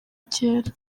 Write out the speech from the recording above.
kera